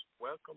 welcome